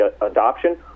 adoption